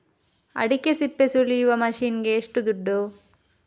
ಅಡಿಕೆ ಸಿಪ್ಪೆ ಸುಲಿಯುವ ಮಷೀನ್ ಗೆ ಏಷ್ಟು ದುಡ್ಡು?